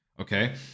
Okay